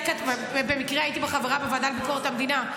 במקרה הייתי חברה בוועדה לביקורת המדינה,